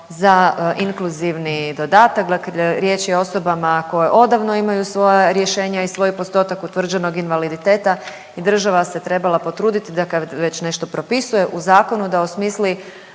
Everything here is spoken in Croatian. za inkluzivni dodatak? Dakle, riječ je o osobama koje odavno imaju svoja rješenja i svoj postotak utvrđenog invaliditeta i država se trebala potruditi da kad već nešto propisuje u zakonu da osmisli